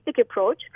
approach